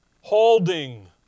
holding